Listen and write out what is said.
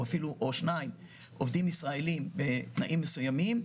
שניים הם עובדים ישראלים בתנאים מסוימים,